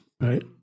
right